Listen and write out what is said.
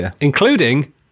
including